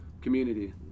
community